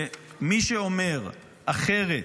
ומי שאומר אחרת,